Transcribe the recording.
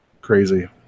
crazy